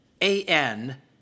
A-N